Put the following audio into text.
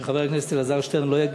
שחבר הכנסת אלעזר שטרן לא יגיד,